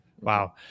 Wow